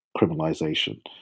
criminalization